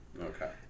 Okay